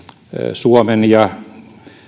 suomen ja